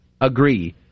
agree